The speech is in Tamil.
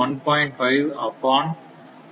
5 அப்பான் 100 இன் டூ 1200 1